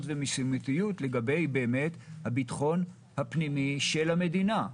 ומשימתיות לגבי הביטחון הפנימי של המדינה.